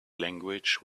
language